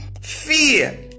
fear